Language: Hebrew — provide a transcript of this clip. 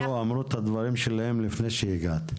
הם אמרו את הדברים שלהם לפני שהגעת.